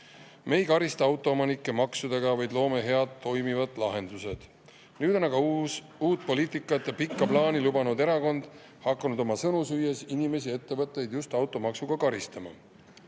"Me ei karista autoomanikke maksudega, vaid loome head toimivad lahendused." Nüüd on aga uut poliitikat ja pikka plaani lubanud erakond hakanud oma sõnu süües inimesi ja ettevõtteid just automaksuga karistama. Isamaa